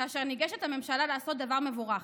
כאשר ניגשת הממשלה לעשות דבר מבורך,